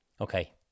Okay